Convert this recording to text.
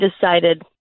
decided